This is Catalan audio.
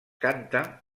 canta